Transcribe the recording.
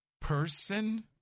person